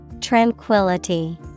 tranquility